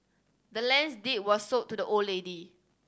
the land's deed was sold to the old lady